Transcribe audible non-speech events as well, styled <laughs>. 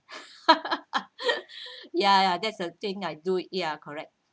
<laughs> ya ya that's the thing I do it ya correct